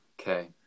Okay